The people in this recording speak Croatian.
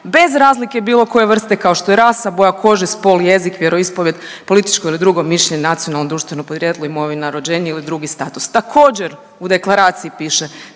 bez razlike bilo koje vrste, kao što je rasa, boja kože, spol, jezik, vjeroispovijed, političko ili drugo mišljenje, nacionalno, društveno podrijetlo, imovina, rođenje ili drugi status. Također, u deklaraciji piše,